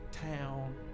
town